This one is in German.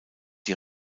die